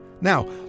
Now